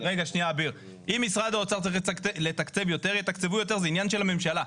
זה עניין של הממשלה.